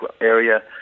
area